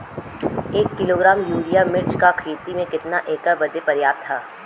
एक kilogram urea मिर्च क खेती में कितना एकड़ बदे पर्याप्त ह?